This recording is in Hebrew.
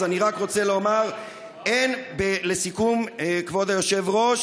אז אני רק רוצה לומר לסיכום, כבוד היושב-ראש: